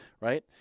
right